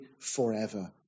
forever